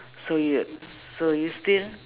so you so you still